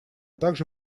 также